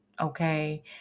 okay